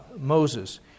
Moses